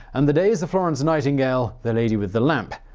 and the days of florence nightingale, the lady with the lamp,